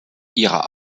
ihrer